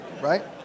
Right